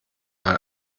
mal